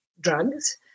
drugs